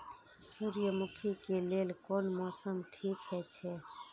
सूर्यमुखी के लेल कोन मौसम ठीक हे छे?